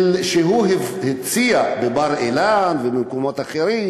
שהוא הציע בבר-אילן ובמקומות אחרים,